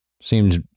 Seems